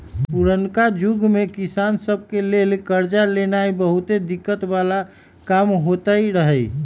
पुरनका जुग में किसान सभ के लेल करजा लेनाइ बहुते दिक्कत् बला काम होइत रहै